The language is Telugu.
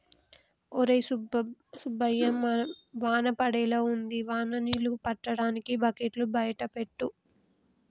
ఒరై సుబ్బయ్య వాన పడేలా ఉంది వాన నీళ్ళు పట్టటానికి బకెట్లు బయట పెట్టు